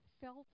felt